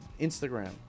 Instagram